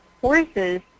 Horses